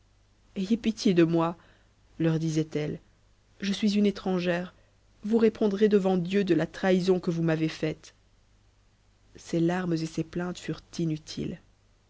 ayez pitié de moi leur disait-elle je suis une étrangère vous répondrez devant dieu de trahison que vous m'avez faite a ses larmes et ses plaintes furent inutiles